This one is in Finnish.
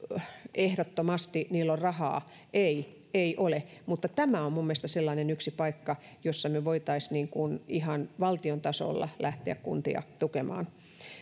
ehdottomasti rahaa ei ei ole mutta tämä on minun mielestäni sellainen yksi paikka jossa me voisimme ihan valtion tasolla lähteä kuntia tukemaan